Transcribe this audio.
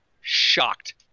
Shocked